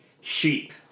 Sheep